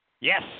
Yes